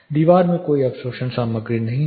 दीवार में कोई अवशोषण सामग्री नहीं है